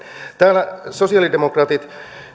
täällä sosialidemokraatit